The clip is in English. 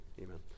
Amen